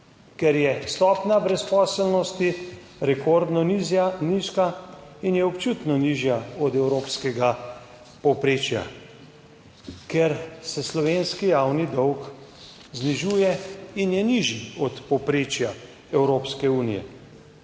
Ker je stopnja brezposelnosti rekordno nižja, nizka in je občutno nižja od evropskega povprečja. Ker se slovenski javni dolg znižuje in je nižji od povprečja Evropske unije.